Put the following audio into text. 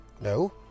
No